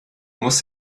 muss